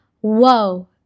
whoa